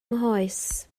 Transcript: nghoes